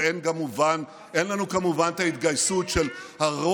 ואין לנו כמובן את ההתגייסות של הרוב